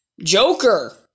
Joker